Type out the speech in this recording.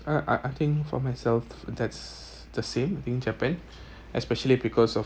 I I I think for myself that's the same I think japan especially because of